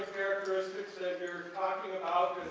characteristics that you're talking about